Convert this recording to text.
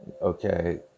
Okay